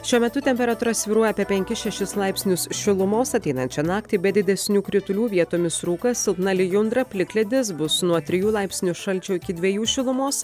šiuo metu temperatūra svyruoja apie penkis šešis laipsnius šilumos ateinančią naktį be didesnių kritulių vietomis rūkas silpna lijundra plikledis bus nuo trijų laipsnių šalčio iki dviejų šilumos